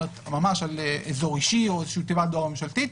ממש על אזור אישי או איזו שהיא תיבת דואר ממשלתית,